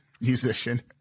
musician